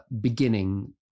beginning